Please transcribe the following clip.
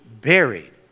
buried